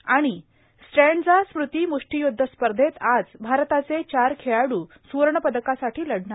आणि स्ट्रँडजा स्म़ती म्ष्टिय्द्ध स्पर्धत आज भारताचे चार खेळाड्र स्वर्णपदकासाठी लढणार